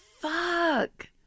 Fuck